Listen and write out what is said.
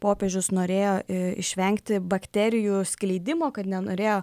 popiežius norėjo išvengti bakterijų skleidimo kad nenorėjo